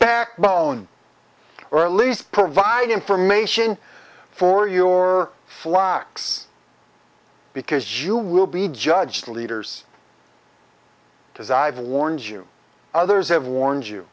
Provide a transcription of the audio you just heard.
backbone or at least provide information for your flocks because you will be judged leaders desired warns you others have warned you